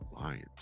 lions